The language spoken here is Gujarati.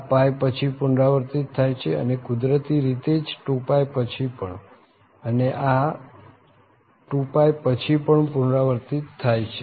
આ પછી પુનરાવર્તિત થાય છે અને કુદરતી રીતે જ 2π પછી પણ અને આ 2π પછી પણ પુનરાવર્તિત થાય છે